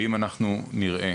ואם אנחנו נראה